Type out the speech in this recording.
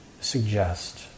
suggest